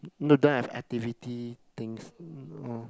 no don't have activity things oh